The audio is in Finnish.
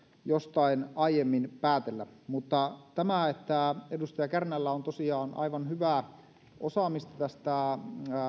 jostain aiemmin päätellä mutta tämä että edustaja kärnällä on tosiaan aivan hyvää osaamista tästä